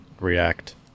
react